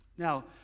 Now